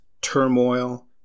turmoil